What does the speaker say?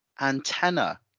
antenna